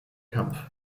kampf